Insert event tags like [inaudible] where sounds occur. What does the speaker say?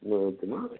[unintelligible]